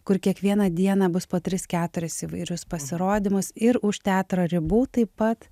kur kiekvieną dieną bus po tris keturis įvairius pasirodymus ir už teatro ribų taip pat